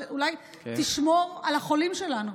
שאולי תשמור על החולים שלנו.